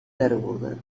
درآوردن